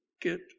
get